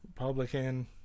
Republican